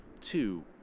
two